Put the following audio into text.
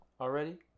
already